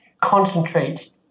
concentrate